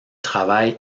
travaille